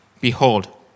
Behold